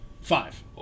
Five